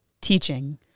teaching